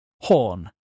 Horn